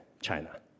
China